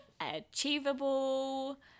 achievable